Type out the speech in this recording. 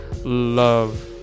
love